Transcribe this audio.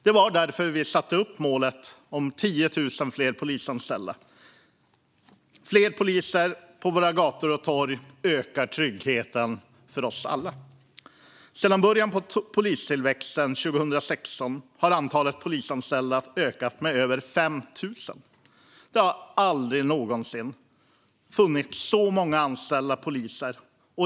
Det var därför vi satte upp målet om 10 000 fler polisanställda. Fler poliser på våra gator och torg ökar tryggheten för oss alla. Sedan början på polistillväxten 2016 har antalet polisanställda ökat med över 5 000. Det har aldrig någonsin funnits så många anställda poliser.